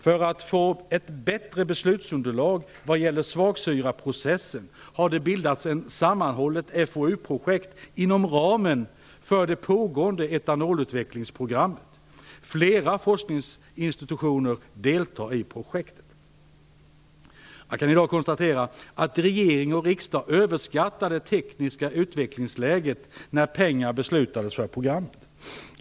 För att få ett bättre beslutsunderlag vad gäller svagsyraprocessen har ett sammanhållet FoU-projekt bildats inom ramen för det pågående etanolutvecklingsprogrammet. Flera forskningsinstitutioner deltar i projektet. Man kan i dag konstatera att regering och riksdag överskattade det tekniska utvecklingsläget när pengar beslutades för programmet.